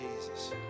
Jesus